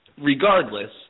Regardless